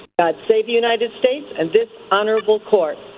god say the united states and this honorable court